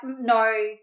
no